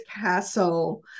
castle